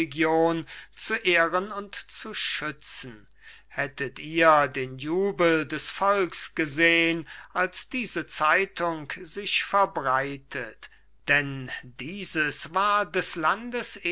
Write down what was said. zu ehren und zu schützen hättet ihr den jubel des volks gesehn als diese zeitung sich verbreitet denn dieses war des landes